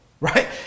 right